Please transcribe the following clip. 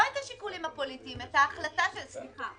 לא את השיקולים הפוליטיים, היא